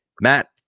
Matt